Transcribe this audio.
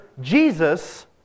Jesus